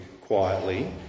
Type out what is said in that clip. quietly